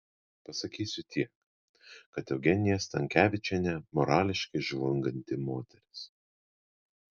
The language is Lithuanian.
pasakysiu tiek kad eugenija stankevičienė morališkai žlunganti moteris